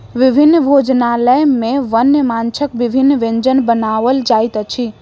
विभिन्न भोजनालय में वन्य माँछक विभिन्न व्यंजन बनाओल जाइत अछि